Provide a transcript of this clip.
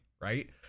right